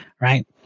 right